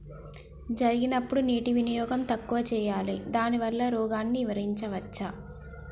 జరిగినప్పుడు నీటి వినియోగం తక్కువ చేయాలి దానివల్ల రోగాన్ని నివారించవచ్చా?